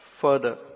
Further